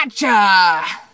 GOTCHA